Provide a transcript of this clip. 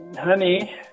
Honey